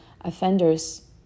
offenders